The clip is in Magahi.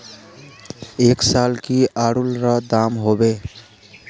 ऐ साल की आलूर र दाम होबे?